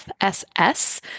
FSS